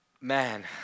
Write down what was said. man